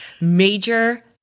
Major